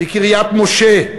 בקריית-משה,